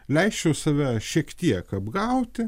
leisčiau save šiek tiek apgauti